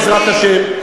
בעזרת השם.